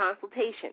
consultation